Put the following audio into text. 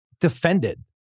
defended